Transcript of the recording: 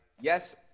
yes